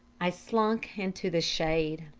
i slunk into the shade.